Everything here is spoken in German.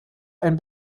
ein